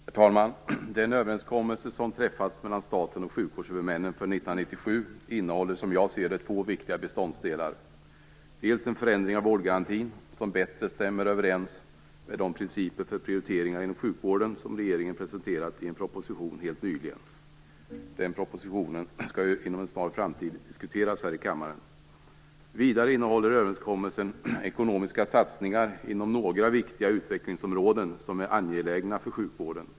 Herr talman! Den överenskommelse som har träffats mellan staten och sjukvårdshuvudmännen för 1997 innehåller, som jag ser det, två viktiga beståndsdelar. Den innehåller en förändring av vårdgarantin som bättre stämmer överens med de principer för prioriteringar inom sjukvården som regeringen har presenterat i en proposition helt nyligen. Den propositionen skall ju inom en snar framtid diskuteras här i kammaren. Vidare innehåller överenskommelsen ekonomiska satsningar inom några viktiga utvecklingsområden som är angelägna för sjukvården.